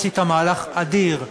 עשית מהלך אדיר,